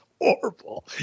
horrible